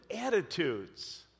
attitudes